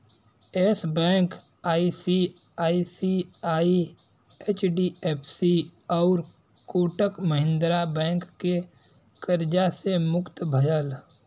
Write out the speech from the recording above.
yes Bank ICICI, HDFC आउर Kotak Mahindra bank के कर्जा से मुक्त भयल